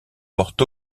portent